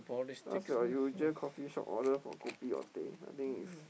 what's your usual coffee shop order for kopi or teh I think is